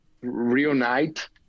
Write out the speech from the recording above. reunite